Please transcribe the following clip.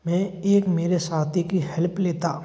मैं एक मेरे साथी की हैल्प लेता